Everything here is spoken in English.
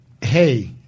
hey